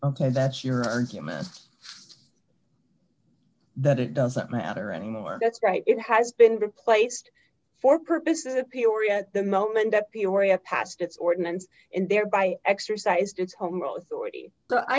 ok that's your argument that it doesn't matter anymore that's right it has been replaced for purposes of peoria at the moment that peoria passed its ordinance and thereby exercised